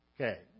Okay